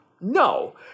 No